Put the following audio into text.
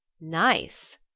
Nice